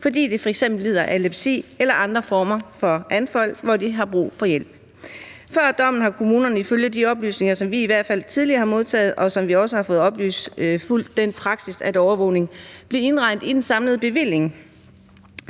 fordi de f.eks. lider af epilepsi eller andre former anfald, hvor de har brug for hjælp. Før dommen har kommunerne ifølge de oplysninger, som vi i hvert fald tidligere har modtaget, og som vi også har fået oplyst, fulgt den praksis, at overvågning blev indregnet i den samlede bevilling.